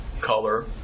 color